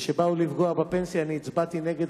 וכאשר באו לפגוע בפנסיה הצבעתי נגד